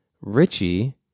Richie